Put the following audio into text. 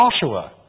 Joshua